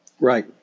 Right